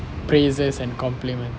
praises and compliment